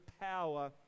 power